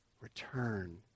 Return